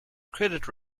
credit